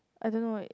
I don't know it